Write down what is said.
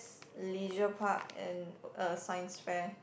leisure park and a science fair